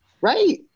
right